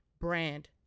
brand